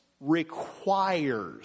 requires